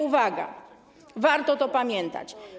Uwaga, warto to pamiętać.